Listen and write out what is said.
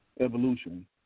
Evolution